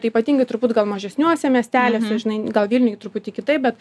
tai ypatingai turbūt gal mažesniuose miesteliuose žinai gal vilniuj truputį kitaip bet